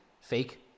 fake